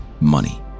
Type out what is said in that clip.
money